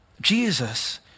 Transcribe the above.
Jesus